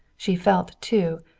she felt, too,